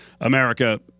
America